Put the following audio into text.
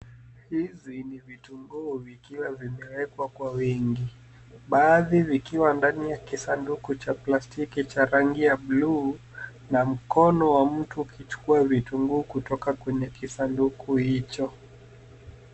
Hizi ni vitunguu vikiwa vimewekwa kwa wingi. Baadhi vikiwa ndani ya kisanduku cha plastiki cha rangi ya blue na mkono wa mtu ukichukua vitunguu kutoka kwenye kisanduku hicho.